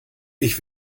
ich